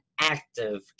active